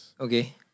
Okay